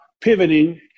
pivoting